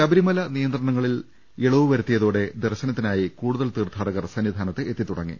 ശബരിമല നിയന്ത്രണങ്ങളിൽ ഇളവു വരുത്തിയതോടെ ദർശന ത്തിനായി കൂടുതൽ തീർത്ഥാടകർ സന്നിധാനത്ത് എത്തിത്തുടങ്ങി